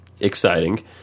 exciting